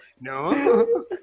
No